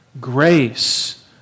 Grace